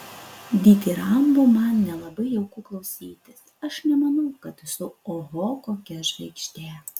ditirambų man nelabai jauku klausytis aš nemanau kad esu oho kokia žvaigždė